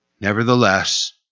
Nevertheless